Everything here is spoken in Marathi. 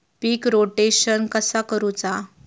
पीक रोटेशन कसा करूचा?